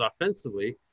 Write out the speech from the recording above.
offensively